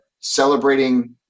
celebrating